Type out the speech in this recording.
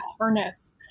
harness